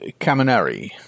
Caminari